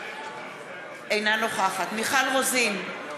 אינה נוכחת מיכל רוזין,